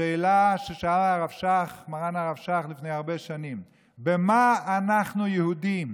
השאלה ששאל מרן הרב שך לפני הרבה שנים: במה אנחנו יהודים?